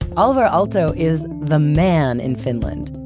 alvar aalto is the man in finland.